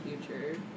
future